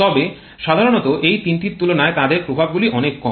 তবে সাধারণত এই তিনটির তুলনায় তাদের প্রভাবগুলি অনেক কম